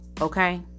okay